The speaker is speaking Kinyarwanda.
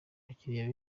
abakiriya